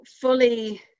fully